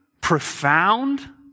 profound